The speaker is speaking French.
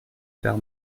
faire